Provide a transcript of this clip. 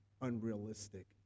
unrealistic